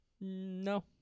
No